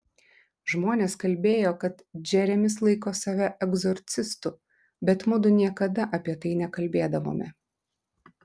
žmonės kalbėjo kad džeremis laiko save egzorcistu bet mudu niekada apie tai nekalbėdavome